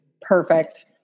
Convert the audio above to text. Perfect